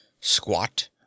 squat